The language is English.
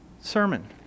sermon